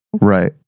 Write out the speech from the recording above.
right